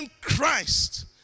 Christ